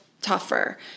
tougher